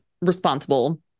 responsible